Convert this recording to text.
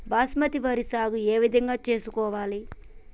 బాస్మతి వరి సాగు ఏ విధంగా చేసుకోవాలి?